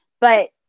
But-